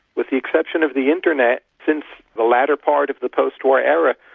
with the exception of the internet since the latter part of the post-war era,